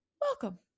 welcome